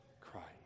Christ